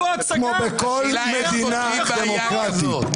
כמו בכל מדינה דמוקרטית.